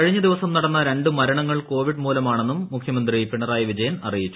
കഴിഞ്ഞ ദിവസം നടന്ന രണ്ട് മരണങ്ങൾ കോവിഡ് മൂലമാണെന്നും മുഖ്യമന്ത്രി പിണറായി വിജയൻ അറിയിച്ചു